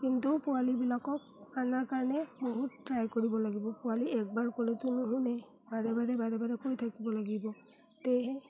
কিন্তু পোৱালিবিলাকক অনাৰ কাৰণে বহুত ট্ৰাই কৰিব লাগিব পোৱালি একবাৰ ক'লেতো নুশুনে বাৰে বাৰে বাৰে বাৰে কৰি থাকিব লাগিব তেহে